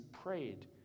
prayed